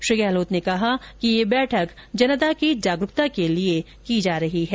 श्री गहलोत ने कहा कि यह बैठक जनता की जागरूकता के लिये की जा रही है